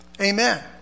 Amen